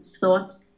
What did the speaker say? thoughts